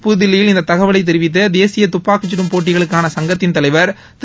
புததில்லியில் இந்த தகவலை தெரிவித்த தேசிய துப்பாக்கிச்சுடும் போட்டிகளுக்கான சங்கத்தின் தலைவர் திரு